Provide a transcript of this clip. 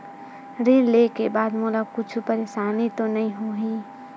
ऋण लेके बाद मोला कुछु परेशानी तो नहीं होही?